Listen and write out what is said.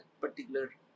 particular